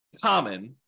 common